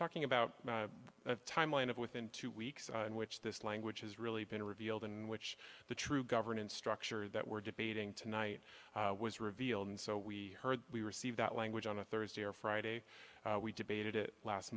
talking about a timeline of within two weeks in which this language has really been revealed in which the true governance structure that we're debating tonight was revealed and so we heard we receive that language on a thursday or friday